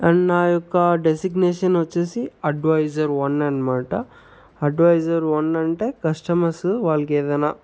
and నా యొక్క designation వచ్చేసి అడ్వైజర్ వన్ అనమాట అడ్వైజర్ వన్ అంటే కస్టమర్సు వాళ్ళకి ఏదన్నా